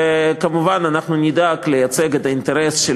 וכמובן אנחנו נדאג לייצג את האינטרס של